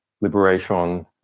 Liberation